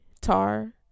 Tar